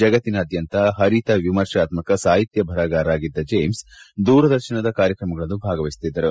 ಜಗತ್ತಿನಾದ್ನಂತ ತಮ್ಮ ವಿಮರ್ಶಾತ್ಮಕ ಸಾಹಿತ್ಯ ಬರಹಗಾರರಾಗಿದ್ದ ಜೇಮ್ಸ್ ದೂರದರ್ಶನದ ಹರಿತ ಕಾರ್ಯಕ್ರಮಗಳಲ್ಲೂ ಭಾಗವಹಿಸುತ್ತಿದ್ದರು